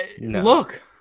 look